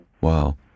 Wow